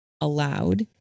allowed